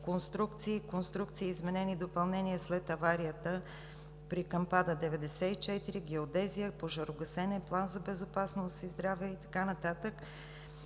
конструкции с изменения и допълнения след аварията при кампада 94, геодезия, пожарогасене, план за безопасност и здраве, и така